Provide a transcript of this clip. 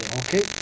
okay